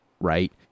right